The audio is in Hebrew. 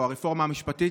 או הרפורמה המשפטית,